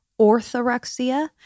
orthorexia